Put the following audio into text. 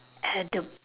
adam